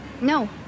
No